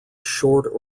short